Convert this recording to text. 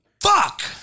fuck